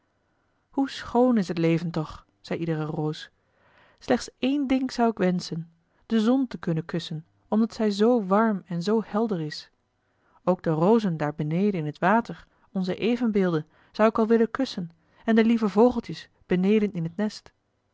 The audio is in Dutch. hoe schoon is het leven toch zei iedere roos slechts één ding zou ik wenschen de zon te kunnen kussen omdat zij zoo warm en zoo helder is ook de rozen daar beneden in het water onze evenbeelden zou ik wel willen kussen en de lieve vogeltjes beneden in het nest